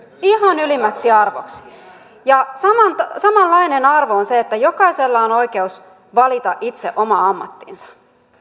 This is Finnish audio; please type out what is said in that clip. ihan ylimmäksi arvoksi samanlainen arvo on se että jokaisella on oikeus valita itse oma ammattinsa